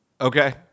Okay